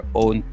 own